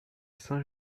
saint